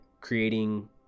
creating